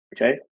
Okay